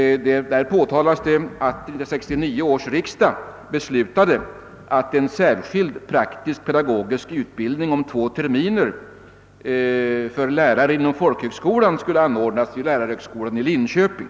Där påpekas att 1969 års riksdag beslutade, att en särskild praktiskpedagogisk utbildning om två terminer för lärare inom folkhögskolan skulle anordnas vid lärarhögskolan i Linköping.